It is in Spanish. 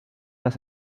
las